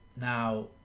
Now